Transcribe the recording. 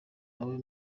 bawe